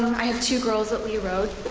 i have two girls at lee road.